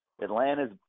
Atlanta's